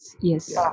Yes